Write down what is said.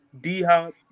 D-Hop